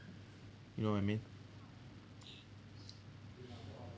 you know what I mean